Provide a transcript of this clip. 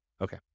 Okay